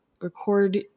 record